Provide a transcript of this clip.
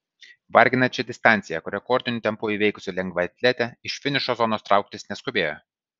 varginančią distanciją rekordiniu tempu įveikusi lengvaatletė iš finišo zonos trauktis neskubėjo